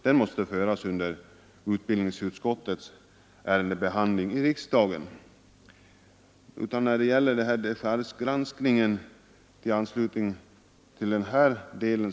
Den måste föras när vi har ärenden från utbildningsutskottet uppe till behandling.